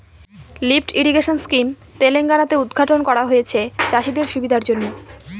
lift irrigation scheme Telangana তে উদ্ঘাটন করা হয়েছে চাষীদের সুবিধার জন্য